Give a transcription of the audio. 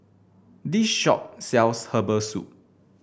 this shop sells Herbal Soup